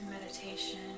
meditation